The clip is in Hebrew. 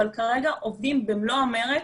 אבל כרגע עובדים במלוא המרץ,